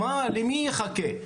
למי יחכה,